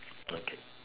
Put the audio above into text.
okay